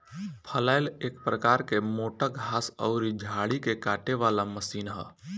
फलैल एक प्रकार के मोटा घास अउरी झाड़ी के काटे वाला मशीन ह